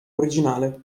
originale